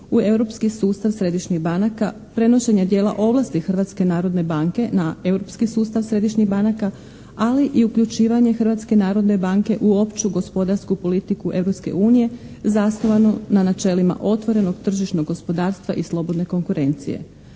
u europski sustav središnjih banaka, prenošenje dijela ovlasti Hrvatske narodne banke na europski sustav središnjih banaka ali i uključivanje Hrvatske narodne banke u opću gospodarsku politiku Europske unije zasnovano na načelima otvorenog tržišnog gospodarstva i slobodne konkurencije.